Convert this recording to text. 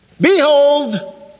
Behold